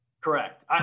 Correct